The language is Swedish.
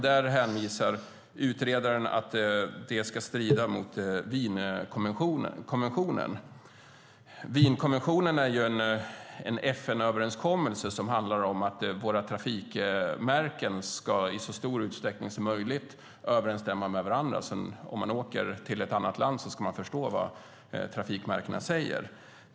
Där hänvisar utredaren till att det skulle strida mot Wienkonventionen. Wienkonventionen är en FN-överenskommelse som handlar om att våra trafikmärken i så stor utsträckning som möjligt ska överensstämma med varandra. Om man åker till ett annat land ska man förstå vad trafikmärkena säger.